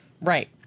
Right